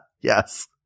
Yes